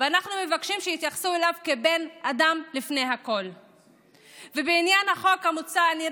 שאנחנו מצביעים בעדם גם אם אנחנו באופוזיציה, רק